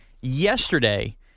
Yesterday